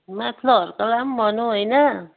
माथ्लोहरूकोलाई पनि भनूँ हैन